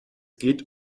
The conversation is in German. geht